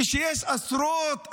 כשיש עשרות אלפי,